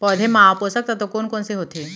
पौधे मा पोसक तत्व कोन कोन से होथे?